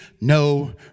no